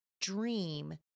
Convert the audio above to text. dream